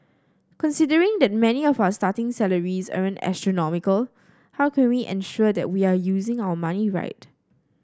considering that many of our starting salaries aren't astronomical how can we ensure that we are using our money right